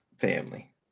family